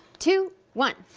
two, one.